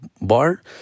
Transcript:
Bar